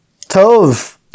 Tove